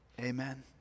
Amen